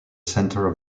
centre